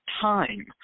time